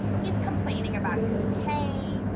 he is complaining about his pay,